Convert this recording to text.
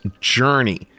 Journey